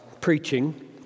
preaching